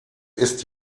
ist